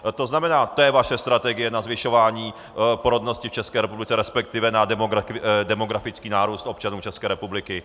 To znamená, to je vaše strategie na zvyšování porodnosti v České republice, resp. na demografický nárůst občanů České republiky.